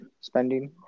spending